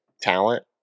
talent